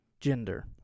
gender